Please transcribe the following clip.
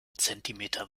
zentimeter